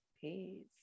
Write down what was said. Peace